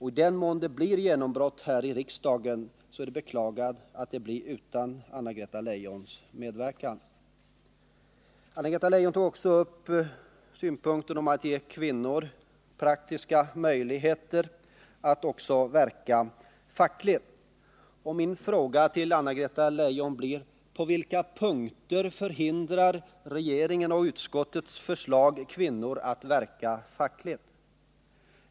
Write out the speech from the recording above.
I den mån det blir ett genombrott här i riksdagen är det att beklaga att det blir utan Anna-Greta Leijons medverkan. Anna-Greta Leijon tog också upp frågan om att ge kvinnor praktiska möjligheter att verka fackligt. Min fråga till henne blir: På vilka punkter förhindrar regeringens och utskottets förslag kvinnor att verka fackligt?